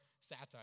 satire